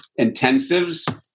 intensives